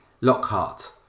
Lockhart